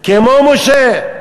כמו משה.